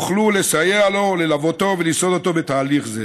יוכלו לסייע לו, ללוותו ולסעוד אותו בתהליך זה.